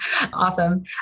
Awesome